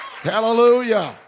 Hallelujah